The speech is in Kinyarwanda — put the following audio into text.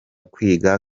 kwiga